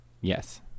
yes